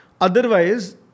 Otherwise